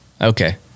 okay